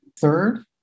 Third